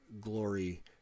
glory